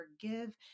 forgive